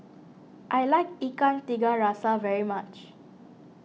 I like Ikan Tiga Rasa very much